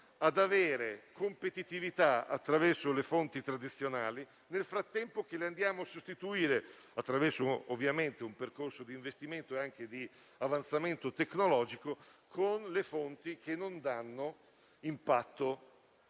ad avere competitività attraverso le fonti tradizionali mentre le andiamo a sostituire, attraverso un percorso di investimento e anche di avanzamento tecnologico, con le fonti che non danno impatto